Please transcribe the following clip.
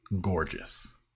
gorgeous